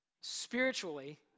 Spiritually